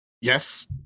yes